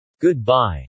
Goodbye